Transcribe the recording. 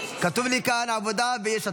------ כתוב לי כאן העבודה ויש עתיד.